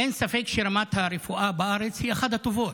אין ספק שרמת הרפואה בארץ היא אחת הטובות.